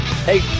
Hey